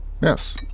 Yes